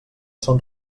són